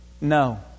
No